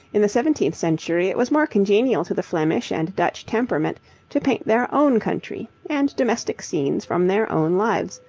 in the seventeenth century it was more congenial to the flemish and dutch temperament to paint their own country, and domestic scenes from their own lives,